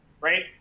right